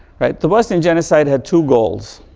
the bosnia genocide had two goals.